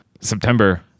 September